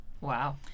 Wow